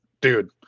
dude